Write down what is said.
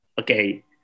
Okay